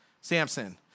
Samson